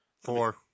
Four